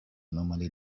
normally